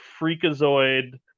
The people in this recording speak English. freakazoid